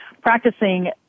practicing